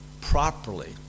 properly